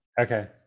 okay